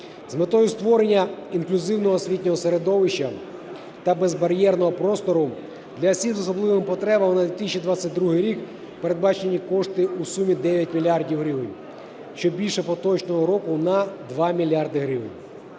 З метою створення інклюзивного освітнього середовища та безбар'єрного простору для осіб з особливими потребами на 2022 рік передбачені кошти у сумі 9 мільярдів гривень, що більше поточного року на 2 мільярди